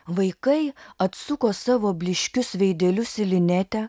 vaikai atsuko savo blyškius veidelius į linetę